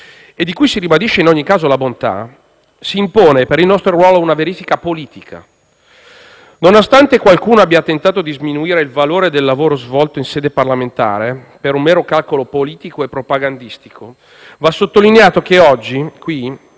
(e di cui si ribadisce in ogni caso la bontà), si impone per il nostro ruolo una verifica politica. Nonostante qualcuno abbia tentato di sminuire il valore del lavoro svolto in sede parlamentare per un mero calcolo politico e propagandistico, va sottolineato che oggi qui